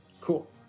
Cool